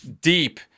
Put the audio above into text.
deep